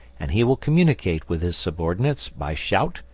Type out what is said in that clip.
and he will communicate with his subordinates by shout,